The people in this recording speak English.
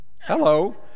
Hello